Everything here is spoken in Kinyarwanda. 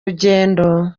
rugendo